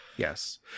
Yes